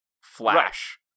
flash